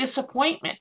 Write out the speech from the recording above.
disappointment